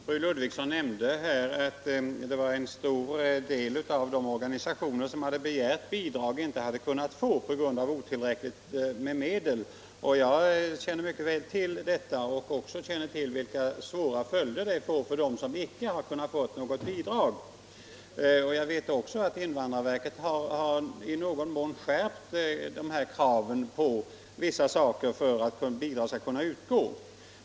Fru talman! Fru Ludvigsson nämnde att en stor del av de organisationer som begärt bidrag inte kunnat få det på grund av att vi har otillräckligt med medel. Jag känner mycket väl till detta och vet också vilka svåra följder det fått för dem som icke fått något bidrag. Jag vet också att invandrarverket i någon mån skärpt kraven för bidrag.